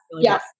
Yes